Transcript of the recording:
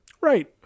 Right